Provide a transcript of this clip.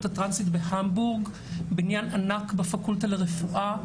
הטרנסית בהמבורג - בניין ענק בפקולטה לרפואה,